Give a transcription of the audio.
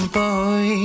boy